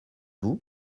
vous